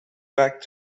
back